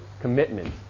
commitment